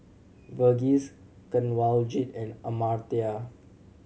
Verghese Kanwaljit and Amartya